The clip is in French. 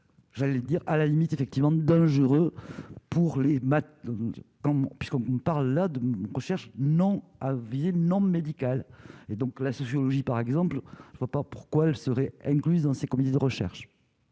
j'allais dire à la limite effectivement dangereux pour les maths comme puisqu'on parle là de recherche non à non médical et donc la sociologie par exemple, je ne vois pas pourquoi le seraient incluses dans ces comités de recherche.